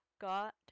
God